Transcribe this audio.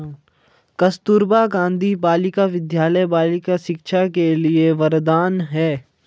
कस्तूरबा गांधी बालिका विद्यालय बालिका शिक्षा के लिए वरदान है